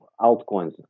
altcoins